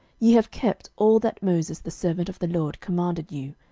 ye have kept all that moses the servant of the lord commanded you,